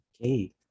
Okay